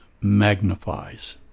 magnifies